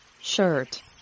shirt